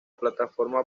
plataforma